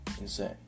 insane